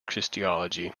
christology